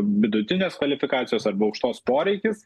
vidutinės kvalifikacijos arba aukštos poreikis